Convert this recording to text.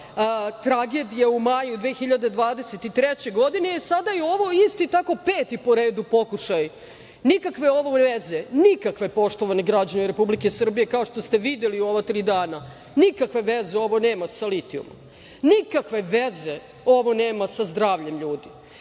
tragedije u maju 2023. godine. E, sada je ovo isto tako peti po redu pokušaj. Nikakve ovo veze, poštovani građani Republike Srbije, kao što ste videli u ova tri dana, nema sa litijumom. Nikakve veze ovo nema sa zdravljem ljudi.